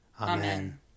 Amen